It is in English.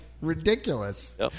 ridiculous